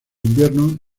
invierno